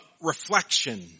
reflection